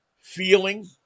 feeling